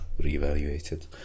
reevaluated